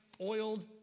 oiled